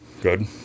Good